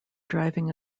driving